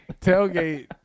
tailgate